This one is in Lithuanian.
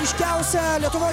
ryškiausią lietuvoj farą